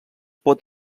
pot